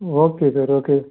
ம் okay sir okay